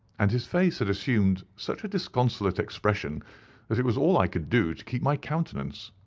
and his face had assumed such a disconsolate expression that it was all i could do to keep my countenance.